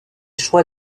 choix